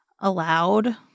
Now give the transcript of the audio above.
allowed